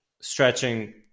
stretching